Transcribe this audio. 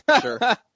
Sure